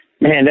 man